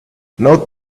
note